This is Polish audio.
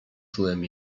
czułem